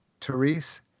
Therese